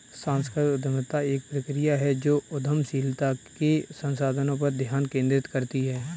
सांस्कृतिक उद्यमिता एक प्रक्रिया है जो उद्यमशीलता के संसाधनों पर ध्यान केंद्रित करती है